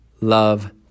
love